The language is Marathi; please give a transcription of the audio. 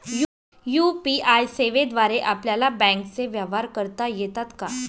यू.पी.आय सेवेद्वारे आपल्याला बँकचे व्यवहार करता येतात का?